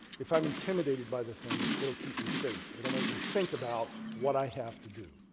if i'm intimidated by the thing, it'll keep me safe. it will make me think about what i have to do.